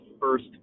first